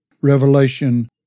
Revelation